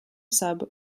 sub